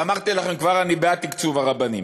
ואמרתי לכם כבר, אני בעד תקצוב הרבנים.